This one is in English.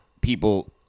people